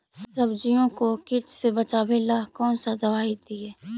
सब्जियों को किट से बचाबेला कौन सा दबाई दीए?